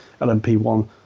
LMP1